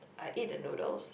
I eat the noodles